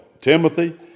Timothy